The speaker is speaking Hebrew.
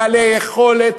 בעלי יכולת,